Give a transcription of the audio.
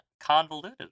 convoluted